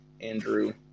Andrew